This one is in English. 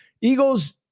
Eagles